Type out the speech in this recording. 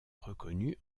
reconnus